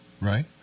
Right